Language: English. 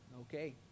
okay